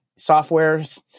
softwares